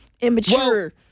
immature